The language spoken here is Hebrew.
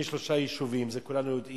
יש 33 יישובים, את זה כולנו יודעים.